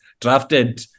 drafted